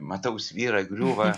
matau svyra griūva